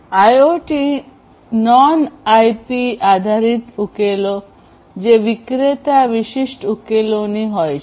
IoT non IP આધારિત ઉકેલો જે વિક્રેતા વિશિષ્ટ ઉકેલોની હોય છે